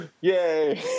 Yay